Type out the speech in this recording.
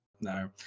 No